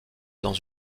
dans